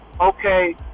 Okay